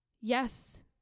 Yes